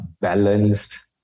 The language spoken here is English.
balanced